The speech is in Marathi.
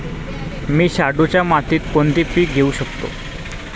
मी शाडूच्या मातीत कोणते पीक घेवू शकतो?